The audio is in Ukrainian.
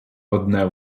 одне